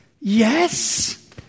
Yes